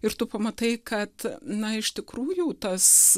ir tu pamatai kad na iš tikrųjų tas